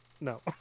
no